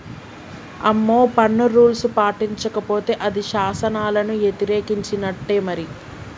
అమ్మో పన్ను రూల్స్ పాటించకపోతే అది శాసనాలను యతిరేకించినట్టే మరి